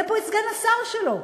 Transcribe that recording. יהיה פה סגן השר שלו,